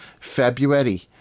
February